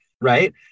right